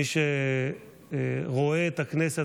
מי שרואה את הכנסת,